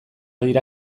dira